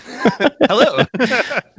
hello